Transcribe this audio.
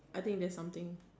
I think there's something